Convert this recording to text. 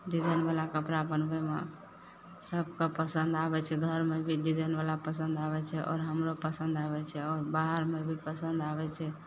डिजाइनवला कपड़ा बनबयमे सबके पसन्द आबय छै घरमे भी डिजाइनवला पसन्द आबय छै आओर हमरो पसन्द आबय छै आओर बाहरमे भी पसन्द आबय छै